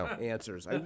answers